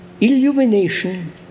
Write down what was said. illumination